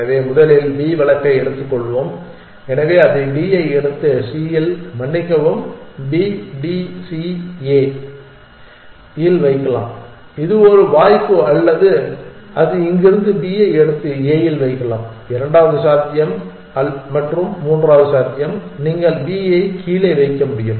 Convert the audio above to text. எனவே முதலில் B வழக்கை எடுத்துக்கொள்வோம் எனவே அது D ஐ எடுத்து C இல் D மன்னிக்கவும் B D E CA இல் வைக்கலாம் இது ஒரு வாய்ப்பு அல்லது அது இங்கிருந்து B ஐ எடுத்து A இல் வைக்கலாம் இரண்டாவது சாத்தியம் மற்றும் மூன்றாவது சாத்தியம் நீங்கள் B ஐ கீழே வைக்க முடியும்